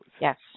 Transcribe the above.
Yes